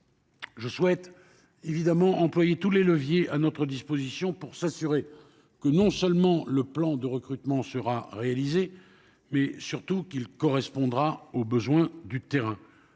Je souhaite évidemment que tous les leviers à notre disposition soient employés pour nous assurer non seulement que le plan de recrutement sera réalisé, mais surtout qu'il correspondra aux besoins du terrain.